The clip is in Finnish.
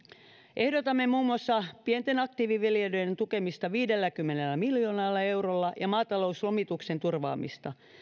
ehdotamme muun muassa pienten aktiiviviljelijöiden tukemista viidelläkymmenellä miljoonalla eurolla ja maatalouslomituksen turvaamista